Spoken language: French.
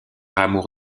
amour